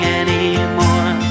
anymore